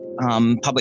public